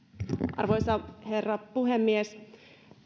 arvoisa herra puhemies